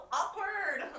awkward